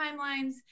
timelines